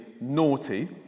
naughty